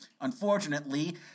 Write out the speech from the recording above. Unfortunately